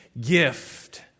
gift